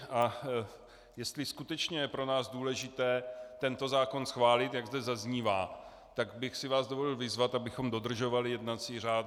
A jestli skutečně je pro nás důležité tento zákon schválit, jak zde zaznívá, tak bych si vás dovolil vyzvat, abychom dodržovali jednací řád.